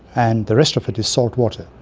and the rest of it is saltwater.